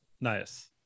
Nice